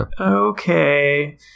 okay